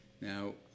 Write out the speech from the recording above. Now